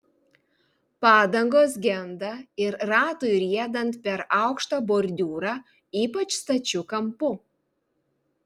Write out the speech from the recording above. padangos genda ir ratui riedant per aukštą bordiūrą ypač stačiu kampu